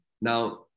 Now